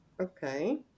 Okay